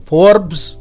Forbes